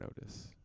notice